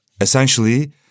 essentially